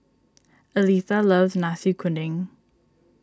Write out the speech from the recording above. Aletha loves Nasi Kuning